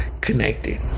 connected